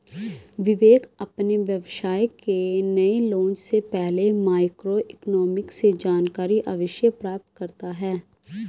विवेक अपने व्यवसाय के नए लॉन्च से पहले माइक्रो इकोनॉमिक्स से जानकारी अवश्य प्राप्त करता है